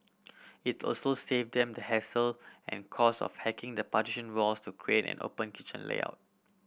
it also save them the hassle and cost of hacking the partition walls to create an open kitchen layout